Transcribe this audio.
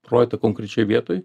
projektą konkrečioj vietoj